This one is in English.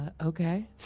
okay